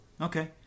Okay